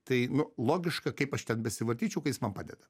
tai logiška kaip aš ten besivartyčiau kad jis man padeda